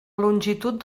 longitud